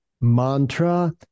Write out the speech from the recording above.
mantra